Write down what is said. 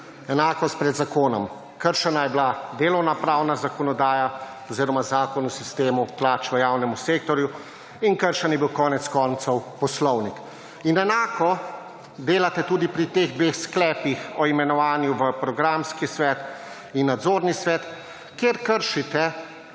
enakost pred zakonom. Kršena je bila delovnopravna zakonodaja oziroma Zakon o sistemu plač v javnemu sektorju in kršen je bil konec koncev Poslovnik in enako delate tudi pri teh dveh sklepih o imenovanju v programski svet in nadzorni svet, kjer kršite